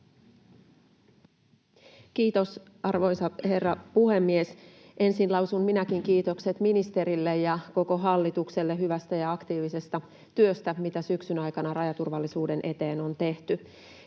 Kiitos, arvoisa herra puhemies! Ensin lausun minäkin kiitokset ministerille ja koko hallitukselle hyvästä ja aktiivisesta työstä, mitä syksyn aikana rajaturvallisuuden eteen on tehty.